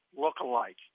look-alike